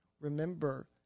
remember